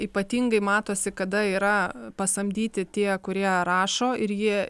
ypatingai matosi kada yra pasamdyti tie kurie rašo ir jie